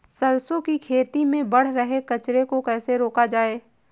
सरसों की खेती में बढ़ रहे कचरे को कैसे रोका जाए?